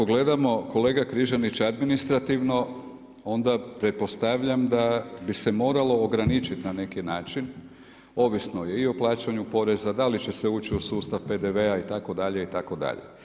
Ako gledamo kolega Križanić administrativno onda pretpostavljam da bi se moralo ograničiti na neki način, ovisno je i o plaćanju poreza, da li će se ući u sustav PDV-a itd., itd.